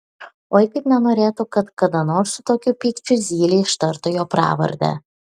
oi kaip nenorėtų kad kada nors su tokiu pykčiu zylė ištartų jo pravardę